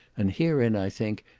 and herein, i think,